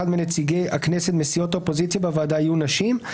מנציגי הכנסת מסיעות האופוזיציה בוועדה יהיו נשים,